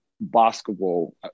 basketball